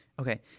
Okay